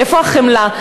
איפה החמלה?